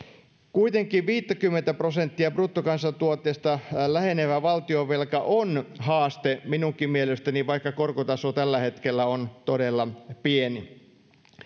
kuitenkin viittäkymmentä prosenttia bruttokansantuotteesta lähenevä valtionvelka on haaste minunkin mielestäni vaikka korkotaso tällä hetkellä on todella pieni